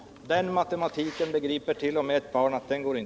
Att inte den matematiken går ihop begriper t.o.m. ett barn.